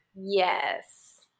Yes